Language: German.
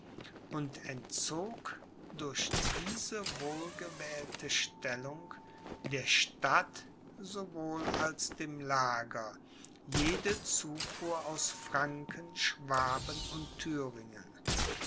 und entzog durch diese wohlgewählte stellung der stadt sowohl als dem lager jede zufuhr aus franken schwaben und